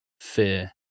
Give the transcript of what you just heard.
fear